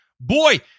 boy